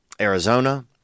Arizona